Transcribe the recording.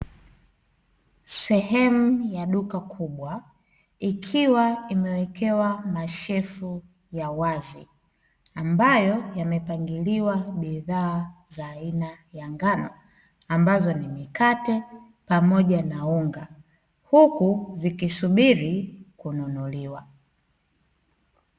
Sehemu ya duka kubwa ikiwa imewekewa mashelfu ya wazi ambayo yamepangiliwa bidhaa za aina ya ngano, ambazo ni mikate pamoja na unga huku zikisubiri kununuliwa.